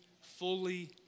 fully